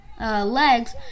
legs